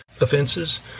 offenses